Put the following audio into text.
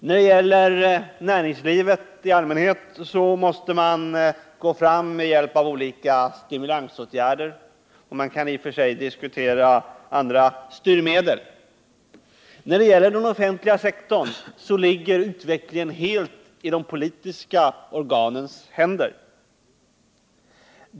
När det gäller näringslivet i allmänhet måste man gå fram med hjälp av olika stimulansåtgärder, och man kan i och för sig diskutera andra styrmedel. Beträffande den offentliga sektorn ligger utvecklingen helt i de politiska organens händer.